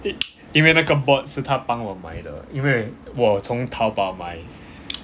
因为那个 board 是她帮我买的因为我从淘宝买